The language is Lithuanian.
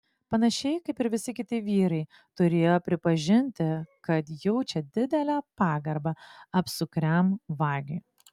panašiai kaip ir visi kiti vyrai turėjo pripažinti kad jaučia didelę pagarbą apsukriam vagiui